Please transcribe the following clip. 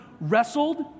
wrestled